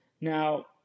Now